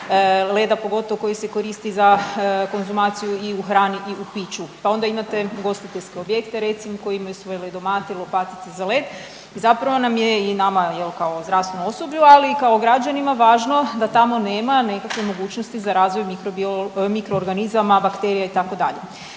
lega pogotovo koji se koristi za konzumaciju i u hrani i u piću, pa onda imate ugostiteljske objekte recimo koji imaju svoje ledomate, lopatice za led i zapravo nam je i nama jel kao zdravstvenom osoblju, ali i kao građanima važno da tamo nema nekakve mogućnosti za razvoj mikroorganizama, bakterija itd.